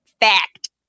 fact